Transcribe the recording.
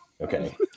Okay